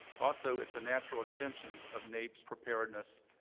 also, it's a natural extension of naep's preparedness